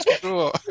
cool